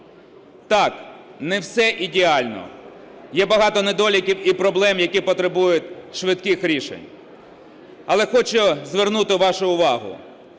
Так, не все ідеально, є багато недоліків і проблем, які потребують швидких рішень. Але хочу звернути вашу увагу,